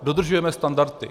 Dodržujeme standardy.